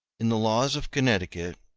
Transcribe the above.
in the laws of connecticut,